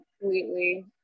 completely